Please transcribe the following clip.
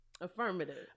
affirmative